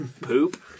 poop